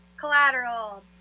Collateral